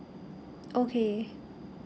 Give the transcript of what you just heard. okay